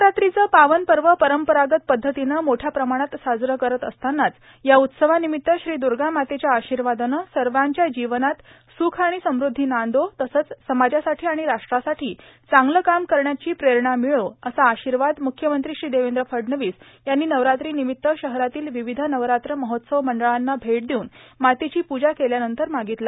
नवरात्रीचं पावन पव परंपरागत पद्धतीनं मोठ्या प्रमाणात साजरा करत असतानाच या उत्सर्वार्नामत्त श्री दगा मातेच्या आशीवादानं सवाच्या जीवनात सुख आर्गाण समद्धी नांदो तसंच समाजासाठी आीण राष्ट्रासाठी चांगलं काम करण्यासाठी प्रेरणा र्ममळो असा आशीवाद मुख्यमंत्री श्री देवद्र फडणवीस यांनी नवरात्र र्नामत्त शहरातील र्वावध नवरात्र महोत्सव मंडळाना भेट देऊन मातेची पूजा केल्यानंतर मार्गितला